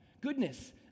Goodness